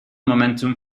momentum